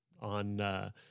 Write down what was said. on